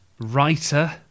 writer